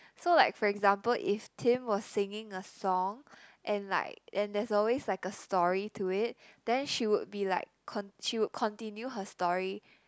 so like for example if Tim was singing a song and like and there's always like a story to it then she would be like con~ she'll continue her story